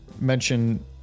mention